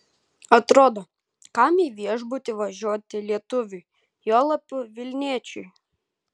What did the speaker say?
atrodo kam į viešbutį važiuoti lietuviui juolab vilniečiui